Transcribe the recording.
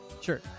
Sure